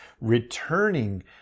returning